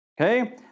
okay